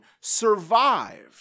survived